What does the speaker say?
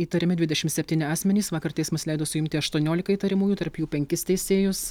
įtariami dvidešimt septyni asmenys vakar teismas leido suimti aštuoniolika įtariamųjų tarp jų penkis teisėjus